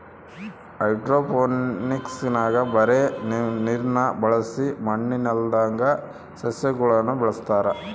ಹೈಡ್ರೋಫೋನಿಕ್ಸ್ನಾಗ ಬರೇ ನೀರ್ನ ಬಳಸಿ ಮಣ್ಣಿಲ್ಲದಂಗ ಸಸ್ಯಗುಳನ ಬೆಳೆಸತಾರ